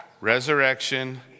resurrection